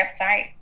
website